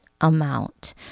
amount